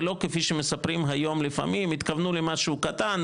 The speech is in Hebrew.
ולא כפי שמספרים היום לפעמים התכוונו למשהו קטן,